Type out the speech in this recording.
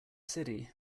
city